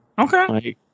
Okay